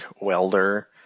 welder